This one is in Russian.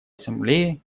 ассамблее